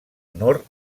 honor